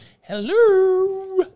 hello